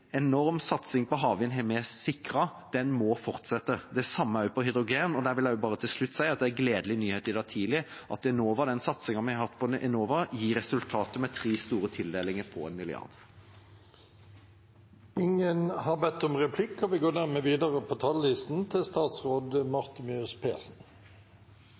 Vi har sikret en enorm satsing på havvind. Den må fortsette – det samme også når det gjelder hydrogen. Der vil jeg bare til slutt si at det var en gledelig nyhet i dag tidlig, at den satsingen vi har hatt på Enova, gir resultater, med tre store tildelinger på en milliard.